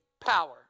power